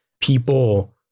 people